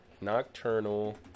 Nocturnal